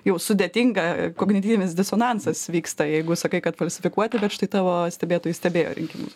jau sudėtinga kognityvinis disonansas vyksta jeigu sakai kad falsifikuoti bet štai tavo stebėtojai stebėjo rinkimus